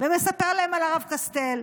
ומספר להם על הרב קסטל.